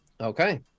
okay